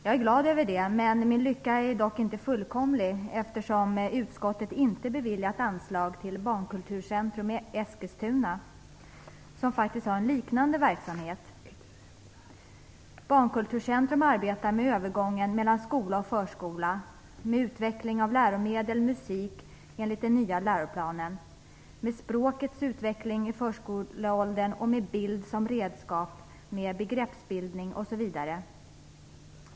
Jag är glad över det, men min lycka är inte fullkomlig, eftersom utskottet inte har beviljat anslag till Barnkulturcentrum i Eskilstuna som faktiskt har en liknande verksamhet. Barnkulturcentrum arbetar med övergången mellan skola och förskola, med utveckling av läromedel och musik, enligt den nya läroplanen, med språkets utveckling i förskoleåldern, med bild som redskap, med begreppsbildning osv.